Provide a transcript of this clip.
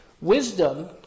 Wisdom